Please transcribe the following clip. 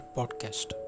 Podcast